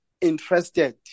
interested